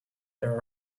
there